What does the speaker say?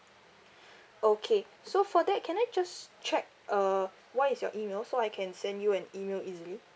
okay so for that can I just check uh what is your email so I can send you an email easily